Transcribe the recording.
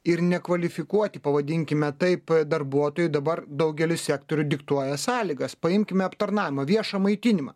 ir nekvalifikuoti pavadinkime taip darbuotojai dabar daugelis sektorių diktuoja sąlygas paimkime aptarnavimo viešą maitinimą